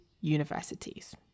universities